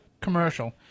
commercial